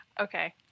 Okay